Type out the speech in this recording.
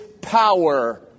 power